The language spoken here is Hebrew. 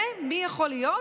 במי זה יכול להיות?